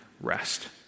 Rest